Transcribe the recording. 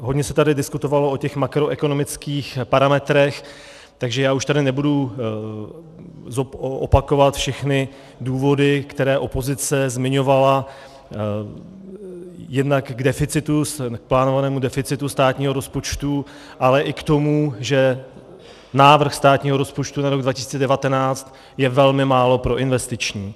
Hodně se tady diskutovalo o makroekonomických parametrech, takže já už tady nebudu opakovat všechny důvody, které opozice zmiňovala jednak k plánovanému deficitu státního rozpočtu, ale i k tomu, že návrh státního rozpočtu na rok 2019 je velmi málo proinvestiční.